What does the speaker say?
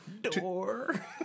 Door